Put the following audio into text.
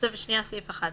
תוספת שנייה (סעיף 1)